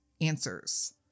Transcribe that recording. answers